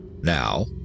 Now